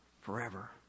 forever